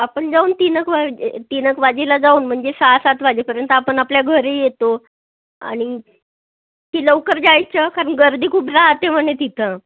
आपण जाऊन तिनंक वाजे तिनंक वाजेला जाऊ म्हणजे सहासात वाजेपर्यंत आपण आपल्या घरी येतो आणि की लवकर जायचं कारण गर्दी खूप राहाते म्हणे तिथं